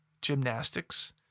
gymnastics